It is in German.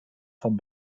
vom